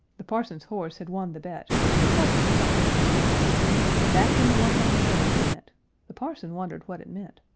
the parson's horse had won the bet it cost him something of a sweat back in the one-hoss shay he went the parson wondered what it meant,